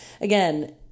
Again